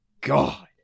God